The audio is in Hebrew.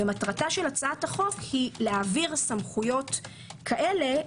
מטרת הצעת החוק היא להעביר סמכויות כאלה,